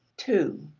two.